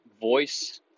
voice